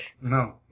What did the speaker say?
No